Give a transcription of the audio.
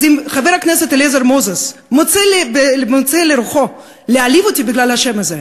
אז אם חבר הכנסת אליעזר מוזס מוצא לנכון להעליב אותי בגלל השם הזה,